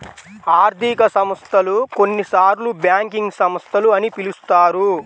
ఆర్థిక సంస్థలు, కొన్నిసార్లుబ్యాంకింగ్ సంస్థలు అని పిలుస్తారు